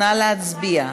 נא להצביע.